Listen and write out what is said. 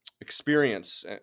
experience